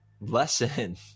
lesson